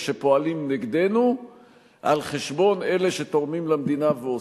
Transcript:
שפועלים נגדנו על חשבון אלה שתורמים למדינה ועושים.